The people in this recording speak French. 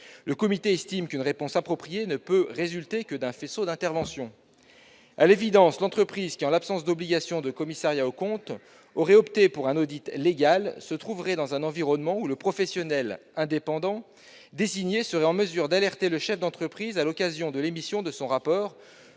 Le Comité estime qu'une réponse appropriée ne peut résulter que d'un faisceau d'interventions. « À l'évidence, l'entreprise qui, en l'absence d'obligation de commissariat aux comptes, aurait opté pour un " audit légal PE " se trouverait dans un environnement où le professionnel indépendant désigné serait en mesure d'alerter le chef d'entreprise à l'occasion de l'émission de son rapport